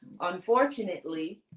Unfortunately